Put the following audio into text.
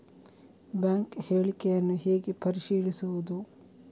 Bank ಹೇಳಿಕೆಯನ್ನು ಹೇಗೆ ಪರಿಶೀಲಿಸುವುದು?